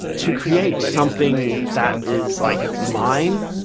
to create something that is like mine,